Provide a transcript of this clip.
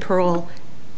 parole